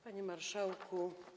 Panie Marszałku!